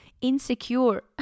insecure